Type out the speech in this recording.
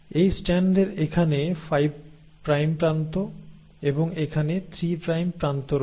এই স্ট্র্যান্ডের এখানে 5 প্রাইম প্রান্ত এবং এখানে 3 প্রাইম প্রান্ত রয়েছে